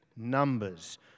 Numbers